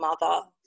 mother